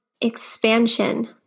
expansion